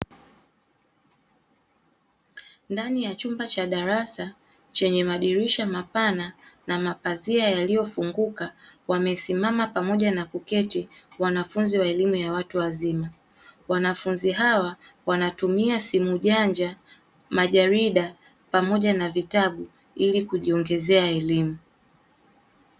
Ndani ya chumba cha darasa chenye madirisha mapana na mapazia yaliyofunguka, wamesimama pamoja na kuketi wanafunzi wa elimu ya watu wazima, wanafunzi hawa wanatumia simu janja, majarida, pamoja na vitabu ili kujiongezea elimu.